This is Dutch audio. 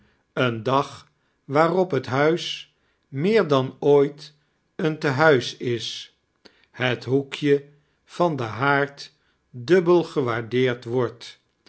een dag waarop het buis meer dan ooit een tenuis is het hoekje van den haard dubbel gewaardeerd wordt